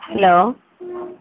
hello